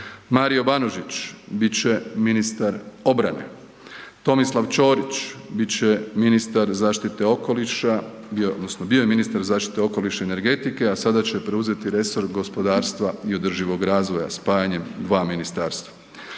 Ćorić bit će ministar zaštite okoliša, odnosno bio je ministar zaštite okoliša i energetike, a sada će preuzeti resor gospodarstva i održivog razvoja spajanjem dva ministarstva.